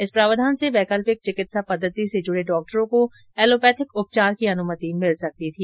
इस प्रावधान से वैकल्पिक चिकित्सा पद्वति से जुड़े डॉक्टरों को एलोपैथिक उपचार की अनुमति मिल सकती थी